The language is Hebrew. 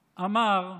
אמר: